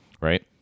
right